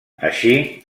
així